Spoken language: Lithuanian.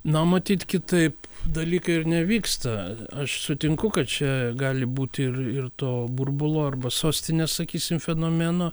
na matyt kitaip dalykai ir nevyksta aš sutinku kad čia gali būti ir ir to burbulo arba sostinės sakysim fenomeno